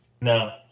No